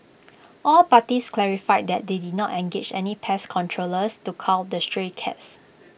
all parties clarified that they did not engage any pest controllers to cull the stray cats